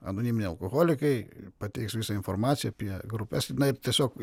anoniminiai alkoholikai pateiks visą informaciją apie grupes jinai tiesiog